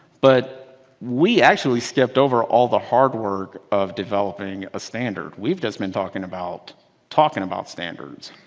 but we actually skipped over all the hard work of developing a standard. we've just been talking about talking about standards,